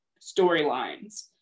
storylines